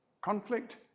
conflict